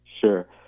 Sure